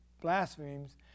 blasphemes